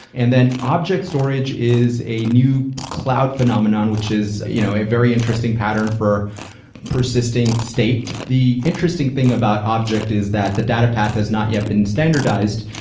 and then objects storage is a new cloud phenomenon, which is you know a very interesting pattern for persisting state. the interesting thing about object is that the data path has not yet been standardized.